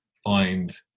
find